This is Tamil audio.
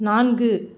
நான்கு